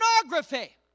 pornography